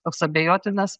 toks abejotinas